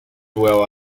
well